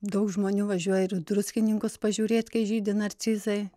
daug žmonių važiuoja ir į druskininkus pažiūrėt kai žydi narcizai